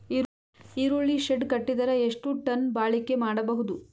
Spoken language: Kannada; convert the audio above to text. ಈರುಳ್ಳಿ ಶೆಡ್ ಕಟ್ಟಿದರ ಎಷ್ಟು ಟನ್ ಬಾಳಿಕೆ ಮಾಡಬಹುದು?